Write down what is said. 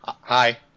Hi